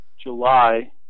July